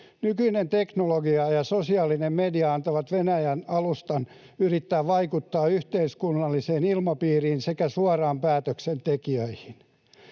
Nykyinen teknologia ja sosiaalinen media antavat Venäjälle alustan yrittää vaikuttaa yhteiskunnalliseen ilmapiiriin sekä suoraan päätöksentekijöihin.